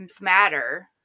Matter